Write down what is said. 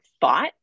thought